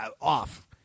off